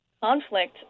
conflict